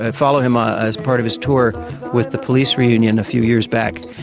and follow him ah as part of his tour with the police reunion a few years back.